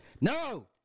No